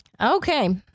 Okay